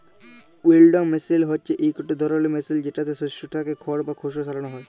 উইলউইং মেসিল হছে ইকট ধরলের মেসিল যেটতে শস্য থ্যাকে খড় বা খোসা সরানো হ্যয়